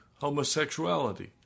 homosexuality